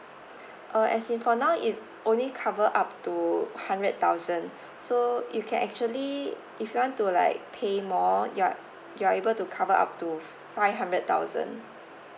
uh as in for now it only cover up to hundred thousand so you can actually if you want to like pay more you're you're able to cover up to five hundred thousand